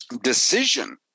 decision